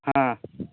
ᱦᱮᱸ